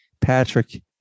Patrick